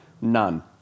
None